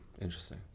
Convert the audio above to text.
Interesting